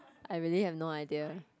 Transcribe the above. I really have no idea